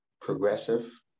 progressive